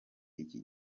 iki